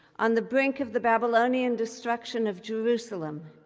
on the brink of the babylonian destruction of jerusalem,